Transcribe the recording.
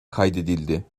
kaydedildi